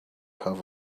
have